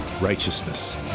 Righteousness